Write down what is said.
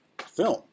film